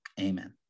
Amen